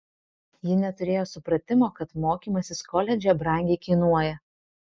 ji neturėjo supratimo kad mokymasis koledže brangiai kainuoja